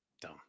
Dumb